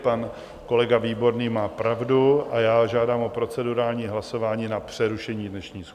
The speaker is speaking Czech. Pan kolega Výborný má pravdu a já žádám o procedurální hlasování na přerušení dnešní schůze.